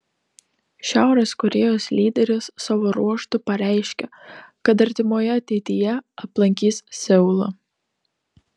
šiaurės korėjos lyderis savo ruožtu pareiškė kad artimoje ateityje aplankys seulą